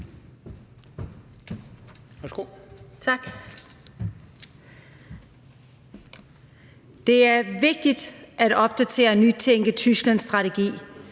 Det er vigtigt at opdatere og nytænke Tysklandsstrategien.